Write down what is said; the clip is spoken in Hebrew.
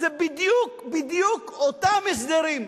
אלו בדיוק בדיוק אותם הסדרים.